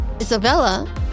Isabella